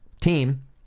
team